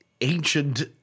ancient